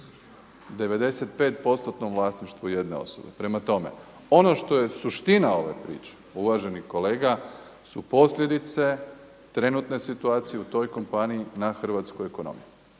95%-nom vlasništvu jedne osobe. Prema tome, ono što je suština ove priče, uvaženi kolega, su posljedice trenutne situacije u toj kompaniji na hrvatsku ekonomiju